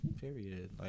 Period